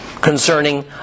concerning